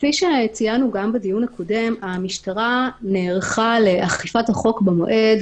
כפי שציינו גם בדיון הקודם המשטרה נערכה לאכיפת החוק במועד,